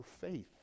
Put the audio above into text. faith